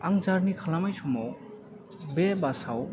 आं जारनि खालामनाय समाव बे बासआव